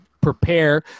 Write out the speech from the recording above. Prepare